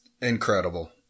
incredible